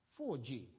4G